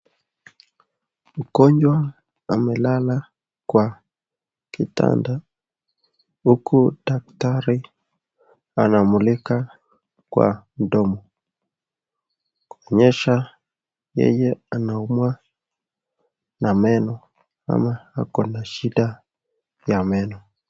Mgonjwa amelala Kwa kitanda huku daktari anamulika Kwa mndomo kuonyesha yeye anaumwa na meno ama ako na shida ya meno.